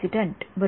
incident बरोबर